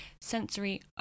Sensory